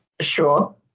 Sure